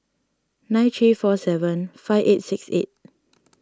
nine three four seven five eight six eight